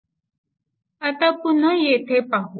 आता पुन्हा येथे पाहू